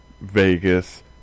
vegas